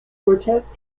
quartets